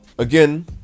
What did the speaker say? Again